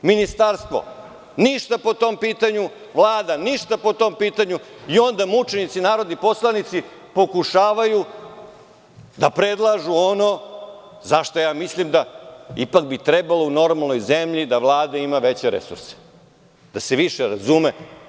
Ministarstvo ništa po tom pitanju, Vlada ništa po tom pitanju i onda mučenici narodni poslanici pokušavaju da predlažu ono za šta mislim da bi trebalo u normalnoj zemlji, da Vlada ima veće resurse, da se više razume.